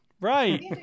Right